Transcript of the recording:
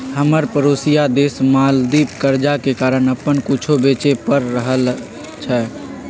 हमर परोसिया देश मालदीव कर्जा के कारण अप्पन कुछो बेचे पड़ रहल हइ